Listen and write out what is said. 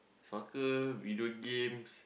soccer video games